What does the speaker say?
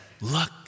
look